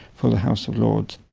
for the house of lords.